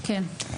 כן.